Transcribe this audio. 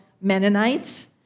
Mennonites